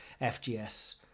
FGS